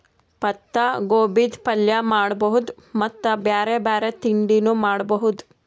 ಪತ್ತಾಗೋಬಿದ್ ಪಲ್ಯ ಮಾಡಬಹುದ್ ಮತ್ತ್ ಬ್ಯಾರೆ ಬ್ಯಾರೆ ತಿಂಡಿನೂ ಮಾಡಬಹುದ್